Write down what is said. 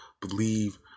believe